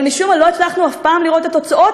אבל משום מה לא הצלחנו אף פעם לראות את תוצאות